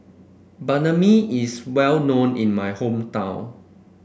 Banh Mi is well known in my hometown